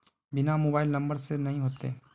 बिना mobile number से नहीं होते?